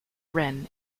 wren